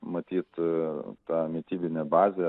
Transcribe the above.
matyt ta mitybinė bazė